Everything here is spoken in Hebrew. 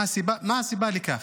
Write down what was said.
מה הסיבה לכך?